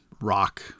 rock